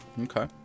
Okay